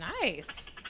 Nice